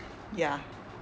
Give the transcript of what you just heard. ya